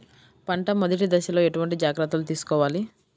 పంట మెదటి దశలో ఎటువంటి జాగ్రత్తలు తీసుకోవాలి?